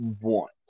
want